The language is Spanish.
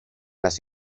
las